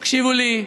הקשיבו לי,